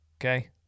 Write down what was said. okay